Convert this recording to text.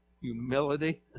Humility